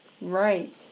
Right